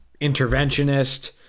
interventionist